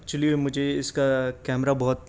actually مجھے اس کا کیمرہ بہت